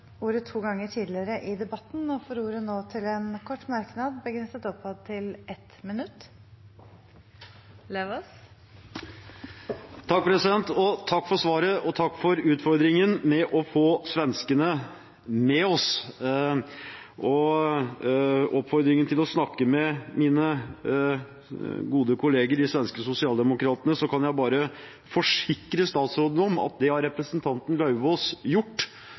ordet to ganger tidligere og får ordet til en kort merknad, begrenset til 1 minutt. Takk for svaret, og takk for utfordringen med å få svenskene med oss. Når det gjelder oppfordringen om å snakke med mine gode kollegaer blant de svenske sosialdemokratene, kan jeg bare forsikre statsråden om at det har representanten Lauvås gjort